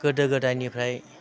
गोदो गोदायनिफ्राय